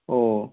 অঁ